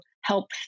help